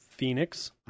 phoenix